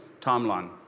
timeline